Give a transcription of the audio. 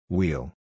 Wheel